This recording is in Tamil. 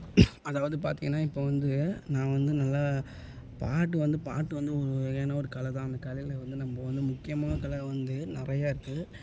அதாவது பார்த்தீங்கன்னா இப்போ வந்து நான் வந்து நல்லா பாட்டு வந்து பாட்டு வந்து ஒரு வகையான ஒரு கலை தான் அந்த கலையில் வந்து நம்ம வந்து முக்கியமான கலை வந்து நிறையா இருக்குது